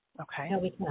Okay